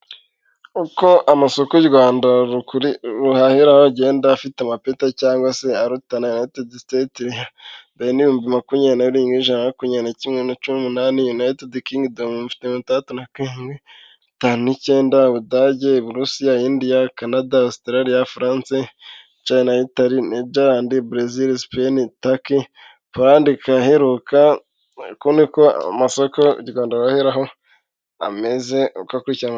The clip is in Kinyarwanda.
Uko amasoko y'u rwanda ruhahiraho agenda afite amapeta cyangwa se arutana: United state ingana ni bihumbi makumyabiri na biri ni jana na makumyabiri na kimwe na cumi n'umunani, United Kingdom: mirongo itandatu mirongo itanu ni cyenda ,ubugade, uburusiya, indiya, canada, australia, france, china, Italy, nedland, brazil, spain, taki, poland igaheruka uko niko amasoko urwanda ihahiraho ameze.